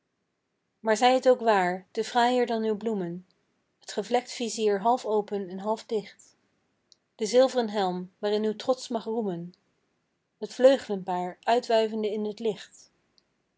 maar zij t ook waar te fraaier dan uw bloemen t gevlekt visier half open en half dicht de zilvren helm waarin uw trotsch mag roemen het vleuglenpaar uitwuivende in het licht